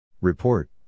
Report